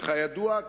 וכידוע,